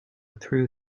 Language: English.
through